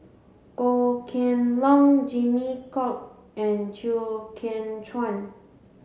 Goh Kheng Long Jimmy Chok and Chew Kheng Chuan